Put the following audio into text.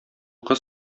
кыз